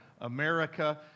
America